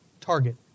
target